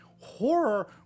Horror